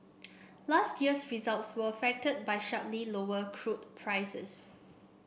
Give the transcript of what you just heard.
last year's results were affected by sharply lower crude prices